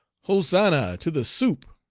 hosannah to the supe